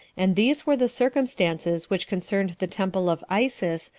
and these were the circumstances which concerned the temple of isis,